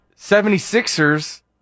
76ers